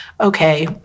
okay